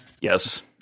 Yes